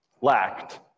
lacked